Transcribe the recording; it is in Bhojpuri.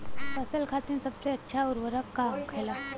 फसल खातीन सबसे अच्छा उर्वरक का होखेला?